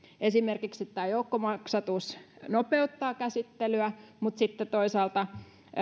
esimerkiksi tämä joukkomaksatus nopeuttaa käsittelyä mutta sitten toisaalta